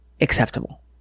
acceptable